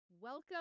Welcome